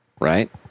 Right